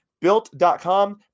Built.com